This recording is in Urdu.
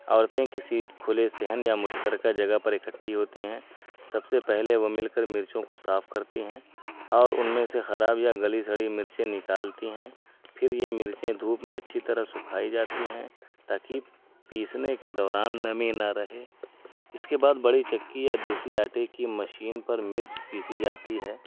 عورتیں کسی کھلے صحن یا مشترکہ جگہ پر اکٹھی ہوتی ہیں سب سے پہلے وہ مل کر مرچوں کو صاف کرتی ہیں اور ان میں سے خراب یا گلی سڑی مرچیں نکالتی ہیں پھر یہ مرچیں دھوپ میں اچھی طرح سکھائی جاتی ہیں تاکہ پیسنے کے دوران نمی نہ رہے اس کے بعد بڑی چکی یا دیسی آٹے کی مشین پر مرچ پیسی جاتی ہے